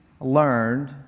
learned